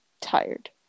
tired